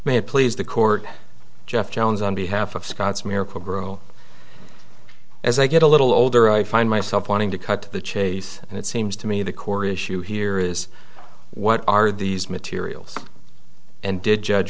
may please the court jeff jones on behalf of scott's miracle gro as i get a little older i find myself wanting to cut to the chase and it seems to me the core issue here is what are these materials and did judge